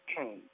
Okay